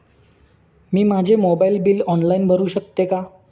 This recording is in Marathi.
मी माझे मोबाइल बिल ऑनलाइन भरू शकते का?